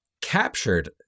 captured